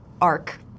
arc